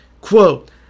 quote